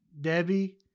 Debbie